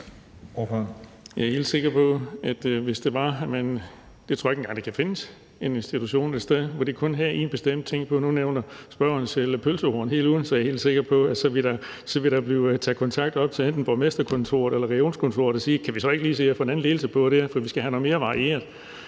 (V): Jeg er helt sikker på, at man ikke engang kan finde en institution et sted, hvor de kun har en bestemt ting på. Nu nævner spørgeren selv pølsehorn. I Odense er jeg helt sikker på, at der så ville blive taget kontakt til enten borgmesterkontoret eller regionskontoret, hvor man sagde, at kan vi så ikke lige se at få en anden ledelse på der, for vi skal have nogle mere varieret.